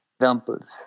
examples